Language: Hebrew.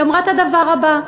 היא אמרה את הדבר הבא: